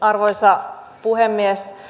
arvoisa puhemies